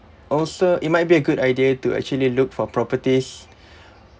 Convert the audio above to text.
also it might be a good idea to actually look for properties